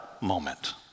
moment